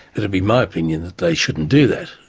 it would be my opinion that they shouldn't do that.